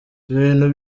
ibintu